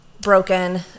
broken